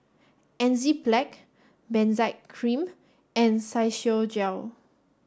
Enzyplex Benzac Cream and Physiogel